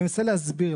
אני מנסה להסביר.